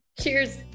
Cheers